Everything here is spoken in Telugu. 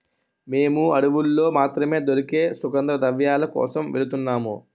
మేము అడవుల్లో మాత్రమే దొరికే సుగంధద్రవ్యాల కోసం వెలుతున్నాము